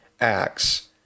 acts